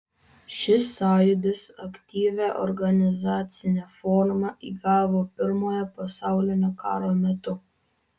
šis sąjūdis aktyvią organizacinę formą įgavo pirmojo pasaulinio karo metu